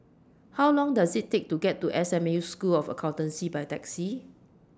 How Long Does IT Take to get to S M U School of Accountancy By Taxi